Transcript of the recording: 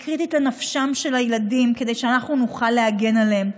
היא קריטית לנפשם של הילדים כדי שאנחנו נוכל להגן עליהם,